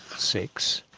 six,